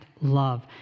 love